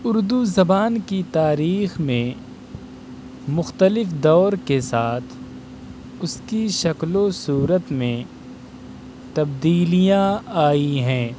اردو زبان کی تاریخ میں مختلف دور کے ساتھ اس کی شکل و صورت میں تبدیلیاں آئی ہیں